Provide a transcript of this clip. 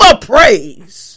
praise